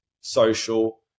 social